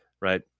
right